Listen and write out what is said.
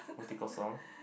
Roti-Kosong